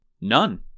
None